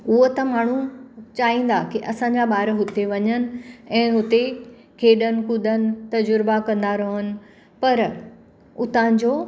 उहो त माण्हू चाहींदा की असांजा ॿार हुते वञनि ऐं हुते खेॾनि कुदनि तज़ूरबा कंदा रहनि पर हुतांजो